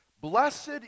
Blessed